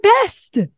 best